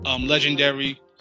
legendary